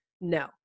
no